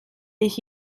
ich